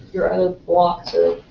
you're and blocked